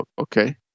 Okay